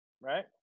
right